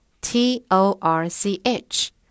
T-O-R-C-H